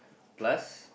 plus